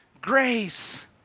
grace